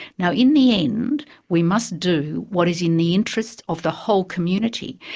now in the end, we must do what is in the interests of the whole community.